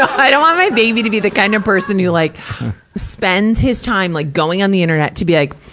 i don't want my baby to be the kind of person who like spends his time like going on the internet to be like,